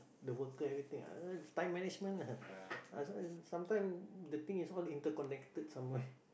the worker everything ah time management ah ah sa~ sometime the thing is all interconnected somewhere